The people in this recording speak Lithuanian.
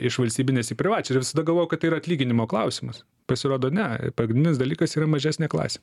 iš valstybinės į privačią ir visada galvojau kad tai yra atlyginimo klausimas pasirodo ne pagrindinis dalykas yra mažesnė klasė